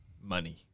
money